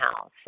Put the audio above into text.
house